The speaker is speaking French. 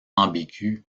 ambiguë